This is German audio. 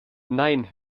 nein